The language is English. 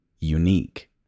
unique